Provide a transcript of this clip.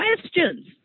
questions